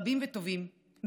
רבים וטובים,